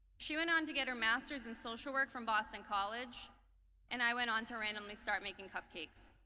she went on to get her masters in social work from boston college and i went on to randomly start making cupcakes.